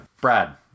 Brad